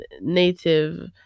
native